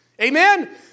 amen